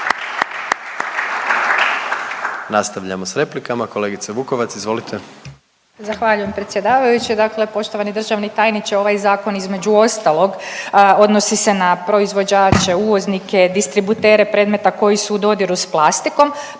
Nastavljamo s replikama, kolegice Vukovac izvolite. **Vukovac, Ružica (Nezavisni)** Zahvaljujem predsjedavajući. Dakle poštovani državni tajniče, ovaj zakon između ostalog odnosi se na proizvođače, uvoznike, distributere predmeta koji su u dodiru s plastikom.